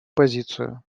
позицию